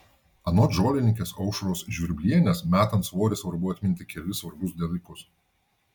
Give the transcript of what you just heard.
anot žolininkės aušros žvirblienės metant svorį svarbu atminti kelis svarbius dalykus